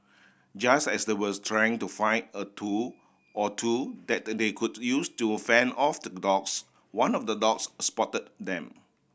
just as the was trying to find a tool or two that they could use to fend off the dogs one of the dogs spotted them